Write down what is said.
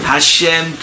Hashem